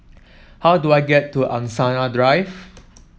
how do I get to Angsana Drive